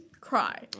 cry